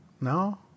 No